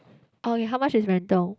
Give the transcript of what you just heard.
oh ya how much is rental